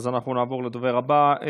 אז אנחנו נעבור לדובר הבא.